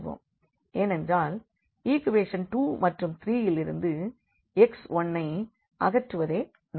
ஏனென்றால் ஈக்குவேஷன் 2 மற்றும் 3 இலிருந்து x1ஐ அகற்றுவதே நோக்கம்